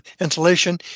insulation